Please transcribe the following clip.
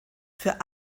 für